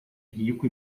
rico